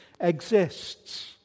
exists